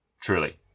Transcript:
truly